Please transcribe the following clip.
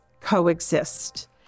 coexist